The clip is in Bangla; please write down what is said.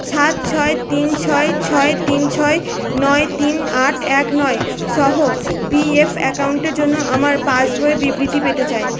সাত ছয় তিন ছয় ছয় তিন ছয় নয় তিন আট এক নয় সহ পি এফ অ্যাকাউন্টের জন্য আমার পাসবইয়ের বিবৃতি পেতে চাই